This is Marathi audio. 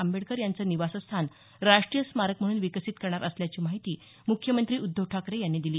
आंबेडकर यांचं निवासस्थान राष्ट्रीय स्मारक म्हणून विकसित करणार असल्याची माहिती मुख्यमंत्री उद्धव ठाकरे यांनी दिली